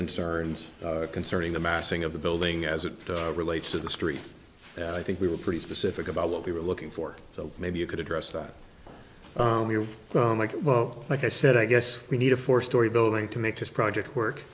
concerns concerning the massing of the building as it relates to the street i think we were pretty specific about what we were looking for so maybe you could address that you're like well like i said i guess we need a four story building to make this project work